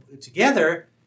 together